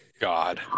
God